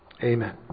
Amen